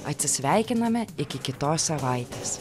atsisveikiname iki kitos savaitės